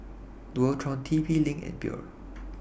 Dualtron T P LINK and Biore